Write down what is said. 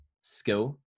skill